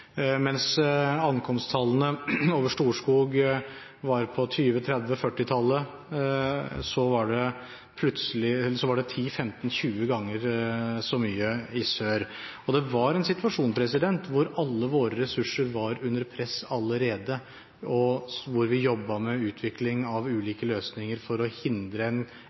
Mens ankomsttallene over Storskog var på 20–30–40-tallet, var det 10–15–20 ganger så mye i sør. Det var en situasjon hvor alle våre ressurser var under press allerede, og vi jobbet med utvikling av ulike løsninger for å hindre en